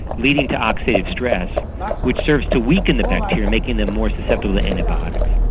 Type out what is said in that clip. leading to oxidative stress which serves to weaken the bacteria, making them more susceptible to antibiotics.